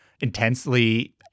intensely